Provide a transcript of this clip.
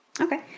Okay